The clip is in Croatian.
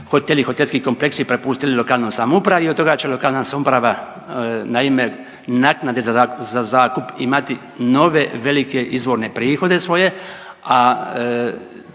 hoteli i hotelski kompleksi prepustili lokalnoj samoupravi i od toga će lokalna samouprava na ime naknade za zakup imati nove velike izvorne prihode svoje, a